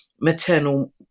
maternal